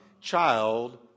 child